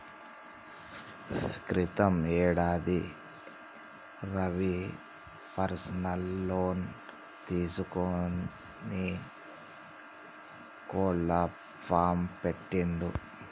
క్రితం యేడాది Ravi personal loan తీసుకొని కోళ్ల ఫాం పెట్టిండు